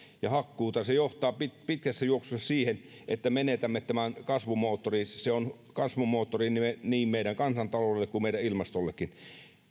ja hakkuuta se johtaa pitkässä juoksussa siihen että menetämme tämän kasvumoottorin se on kasvumoottori niin meidän kansantaloudelle kuin meidän ilmastollekin